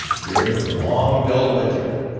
during the long, dull winter,